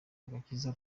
agakiza